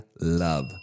love